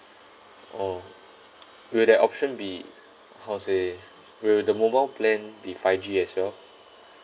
oh will that option be how to say will the mobile plan be five G as well